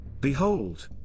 Behold